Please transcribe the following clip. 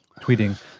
tweeting